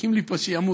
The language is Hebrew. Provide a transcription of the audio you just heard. צועקים לי פה: שימות.